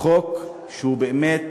חוק שהוא באמת